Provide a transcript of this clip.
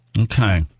Okay